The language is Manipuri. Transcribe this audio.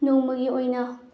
ꯅꯣꯡꯃꯒꯤ ꯑꯣꯏꯅ